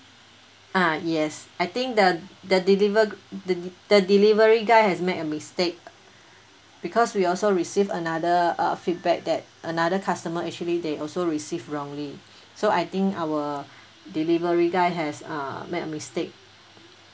ah yes I think the the deliver~ g~ the the delivery guy has made a mistake because we also received another uh feedback that another customer actually they also received wrongly so I think our delivery guy has uh made a mistake